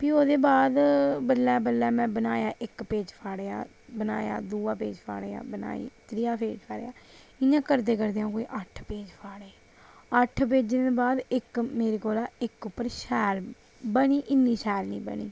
फ्ही ओह्दे बाद बल्लें बल्लें में बनाया इक पेज फाड़ेआ बनाया दूआ पे़ज फाड़ेआ फ्ही त्रीआ पेज फाड़ेआ इ''यां करदे करदे में अट्ठ पेज फाड़े अट्ठ पेजें बाद इक उप्पर बनी इन्नी शैल नेईं बनी